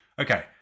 Okay